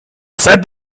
said